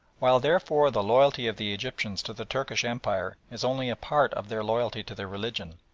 while, therefore, the loyalty of the egyptians to the turkish empire is only a part of their loyalty to their religion,